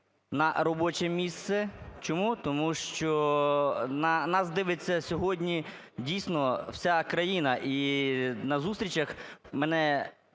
на робоче місце. Чому? Тому що нас дивиться сьогодні дійсно вся країна і на зустрічах мене